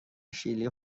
شیلی